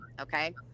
okay